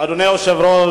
אדוני היושב-ראש,